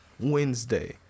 Wednesday